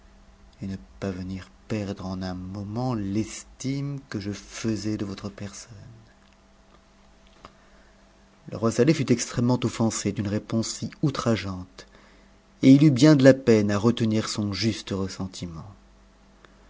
et ne pas venir perdre en un moment l'estime que je faisais de votre personne le roi saleh fut extrêmement ouensé d'une réponse si outrageante et il eut bien de la peine à retenir son juste ressentiment